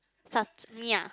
me ah